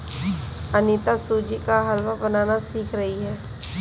अनीता सूजी का हलवा बनाना सीख रही है